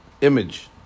image